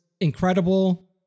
Incredible